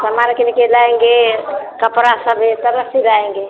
सामान किन के लाएँगे कपड़ा सब इसी तरह सिलाएँगे